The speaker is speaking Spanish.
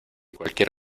cualquier